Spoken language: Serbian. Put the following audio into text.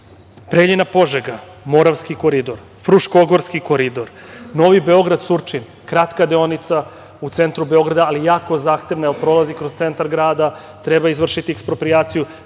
Preljina-Požega, Moravski koridor, Fruškogorski koridor, Novi Beograd-Surčin, kratka deonica, u centru Beograda, ali jako zahtevna jer prolazi kroz centar grada, treba izvršiti eksproprijaciju,